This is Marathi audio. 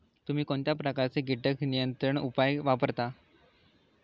तुम्ही कोणत्या प्रकारचे कीटक नियंत्रण उपाय वापरता?